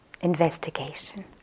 investigation